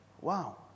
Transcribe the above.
wow